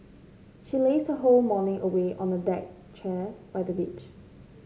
she lazed her whole morning away on a deck chair by the beach